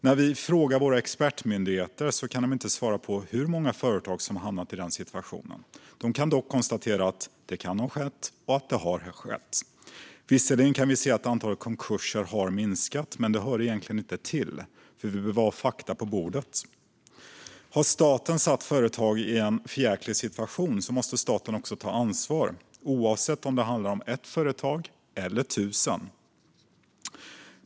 När vi har frågat expertmyndigheterna har de inte kunnat svara på hur många företag som hamnat i denna situation. De har dock kunnat konstatera att det kan ha skett och att det har skett. Visserligen har antalet konkurser har minskat, men det hör egentligen inte hit, för vi vill ha fakta på bordet. Har staten satt företag i en för jäklig situation måste staten också ta ansvar, oavsett om det handlar om ett företag eller tusen.